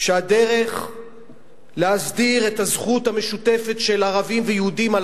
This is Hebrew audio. שהדרך להסדיר את הזכות המשותפת של ערבים ויהודים על